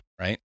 Right